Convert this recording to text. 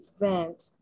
event